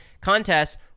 contest